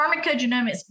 pharmacogenomics